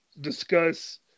discuss –